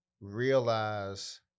realize